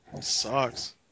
Sucks